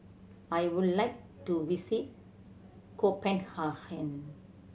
I would like to visit Copenhagen